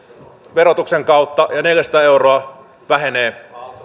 verotuksen kautta ja neljäsataa euroa vähenee